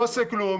אני לא אעשה כלום,